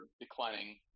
declining